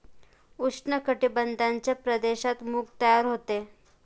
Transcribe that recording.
उष्ण कटिबंधाच्या प्रदेशात मूग तयार होते